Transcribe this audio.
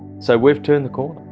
so we've turned the corner!